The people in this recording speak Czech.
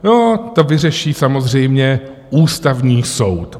No to vyřeší samozřejmě Ústavní soud.